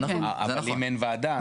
אבל אם אין ועדה?